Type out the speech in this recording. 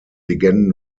legenden